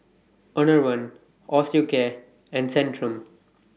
Enervon Osteocare and Centrum